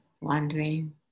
wandering